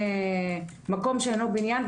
מקום שאינו בניין,